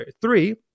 three